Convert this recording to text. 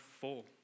full